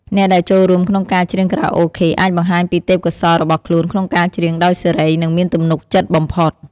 អ្នកដែលចូលរួមក្នុងការច្រៀងខារ៉ាអូខេអាចបង្ហាញពីទេពកោសល្យរបស់ខ្លួនក្នុងការច្រៀងដោយសេរី និងមានទំនុកចិត្តបំផុត។